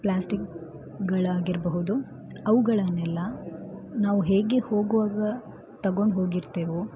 ಪ್ಲ್ಯಾಸ್ಟಿಕ್ಗಳಾಗಿರಬಹುದು ಅವುಗಳನ್ನೆಲ್ಲ ನಾವು ಹೇಗೆ ಹೋಗುವಾಗ ತಗೊಂಡು ಹೋಗಿರ್ತೇವೋ